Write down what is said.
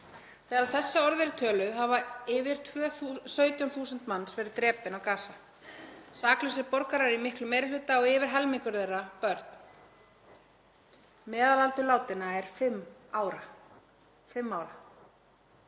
Þegar þessi orð eru töluð hafa yfir 17.000 manns verið drepin á Gaza, saklausir borgarar í miklum meiri hluta og yfir helmingur þeirra börn. Meðalaldur látinna er fimm ár.